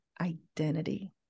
identity